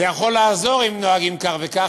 זה יכול לעזור אם נוהגים כך וכך,